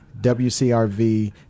WCRV